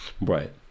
right